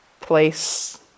place